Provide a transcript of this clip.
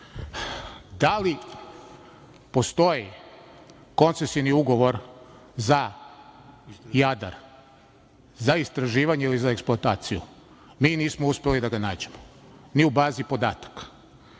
li postoji koncesioni ugovor za Jadar, za istraživanje ili eksploataciju? Mi nismo uspeli da ga nađemo ni u bazi podataka. Druga